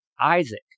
Isaac